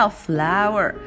flower